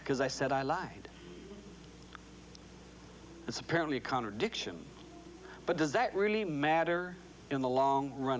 because i said i lied it's apparently a contradiction but does that really matter in the long run